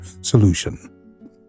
solution